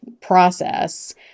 process